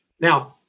Now